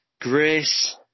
grace